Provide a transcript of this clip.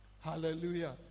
Hallelujah